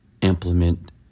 implement